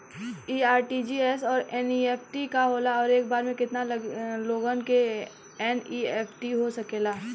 इ आर.टी.जी.एस और एन.ई.एफ.टी का होला और एक बार में केतना लोगन के एन.ई.एफ.टी हो सकेला?